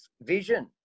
vision